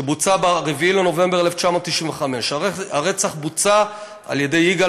שבוצע ב-4 בנובמבר 1995. הרצח בוצע על-ידי יגאל